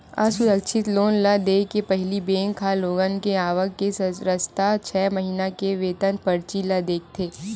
असुरक्छित लोन ल देय के पहिली बेंक ह लोगन के आवक के रस्ता, छै महिना के वेतन परची ल देखथे